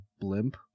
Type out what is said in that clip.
blimp